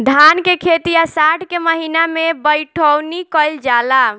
धान के खेती आषाढ़ के महीना में बइठुअनी कइल जाला?